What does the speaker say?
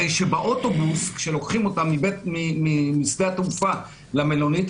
הרי שבאוטובוס כשלוקחים אותם משדה התעופה למלונית,